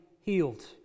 healed